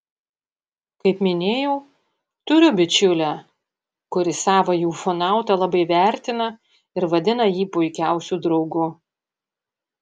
kaip minėjau turiu bičiulę kuri savąjį ufonautą labai vertina ir vadina jį puikiausiu draugu